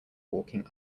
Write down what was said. walking